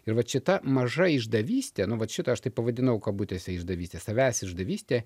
ir vat šita maža išdavystė nu vat šitą aš taip pavadinau kabutėse išdavyste savęs išdavystė